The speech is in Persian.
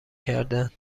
کردهاند